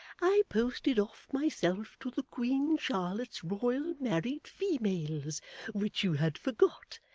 i posted off myself to the queen charlotte's royal married females which you had forgot,